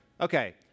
Okay